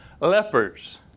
Lepers